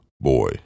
Boy